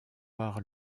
par